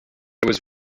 was